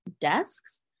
desks